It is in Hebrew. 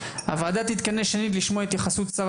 הוועדה תתכנס שנית לשמוע את התייחסות שר